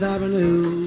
Avenue